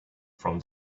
from